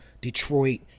Detroit